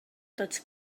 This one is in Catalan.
tots